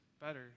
better